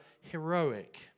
heroic